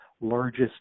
largest